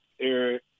Eric